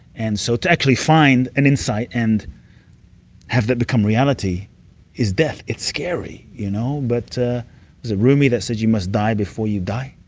and so to actually find an insight and have that become reality is death. it's scary. you know but is it rumi that says, you must die before you die?